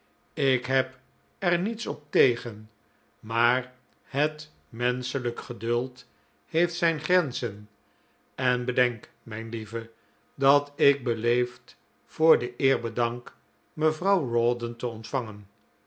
ik heb er niets op tegen maar het menschelijk geduld heeft zijn grenzen en bedenk mijn lieve dat ik beleefd voor de eer bedank mevrouw rawdon te ontvangen